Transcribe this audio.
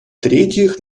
третьих